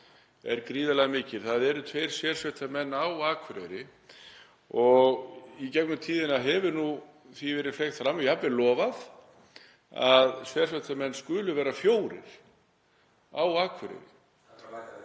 er gríðarlega mikil. Það eru tveir sérsveitarmenn á Akureyri og í gegnum tíðina hefur því nú verið fleygt fram og jafnvel lofað að sérsveitarmenn skuli vera fjórir á Akureyri. (NTF: … bæta við.)